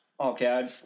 Okay